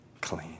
clean